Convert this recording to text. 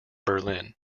berlin